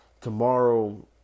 tomorrow